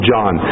John